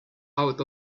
out